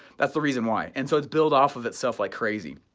that's the reason why. and so it's built off of itself like crazy.